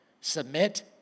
submit